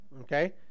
Okay